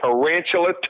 Tarantula